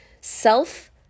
self